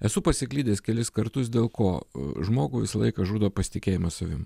esu pasiklydęs kelis kartus dėl ko žmogų visą laiką žudo pasitikėjimas savim